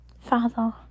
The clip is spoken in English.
Father